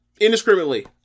indiscriminately